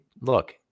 look